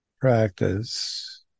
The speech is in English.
practice